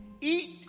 eat